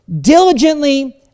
Diligently